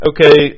Okay